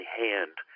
hand